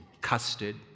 custard